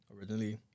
Originally